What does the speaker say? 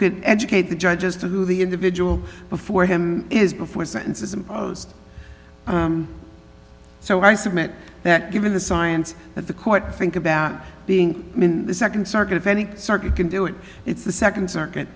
could educate the judge as to who the individual before him is before sentences imposed so i submit that given the science that the court think about being in the second circuit any circuit can do it it's the second circuit